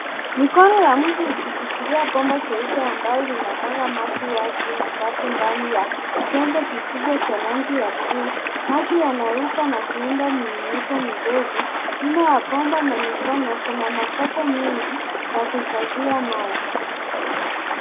Mikono ya mtu ikishikilia bomba cheupe ambalo linamwaga maji wazi na safi ndani ya chombo kikubwa cha rangi ya bluu. Maji yanaruka na kuunda mmonyoko mdogo. Nyuma ya bomba na mikono kuna makopo mengi ya kuhifadhia maji.